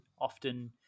often